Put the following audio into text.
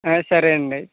ఆ సరే అండి